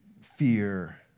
fear